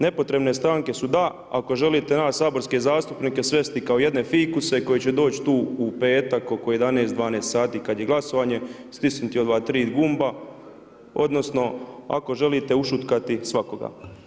Nepotrebne stanke su da ako želite nas saborske zastupnike svesti kao jedne fikuse koji će doći tu u petak oko 11, 12 sati kad je glasovanje, stisnuti ova tri gumba odnosno ako želite ušutkati svakoga.